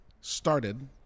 Started